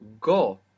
go